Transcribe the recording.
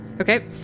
Okay